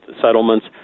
settlements